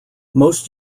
most